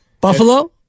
Buffalo